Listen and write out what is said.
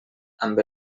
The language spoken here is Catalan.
amb